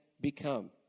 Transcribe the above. become